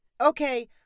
Okay